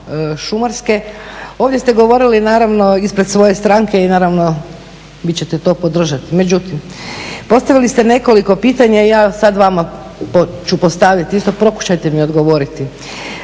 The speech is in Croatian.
šumarske, ovdje ste govorili naravno ispred svoje stranke i naravno vi ćete to podržati. Međutim, postavili ste nekoliko pitanja i ja sada vama ću postaviti isto, pokušajte mi odgovoriti.